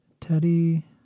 Teddy